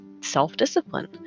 self-discipline